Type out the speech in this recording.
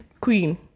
queen